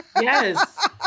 yes